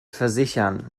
versichern